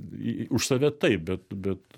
į už save taip bet bet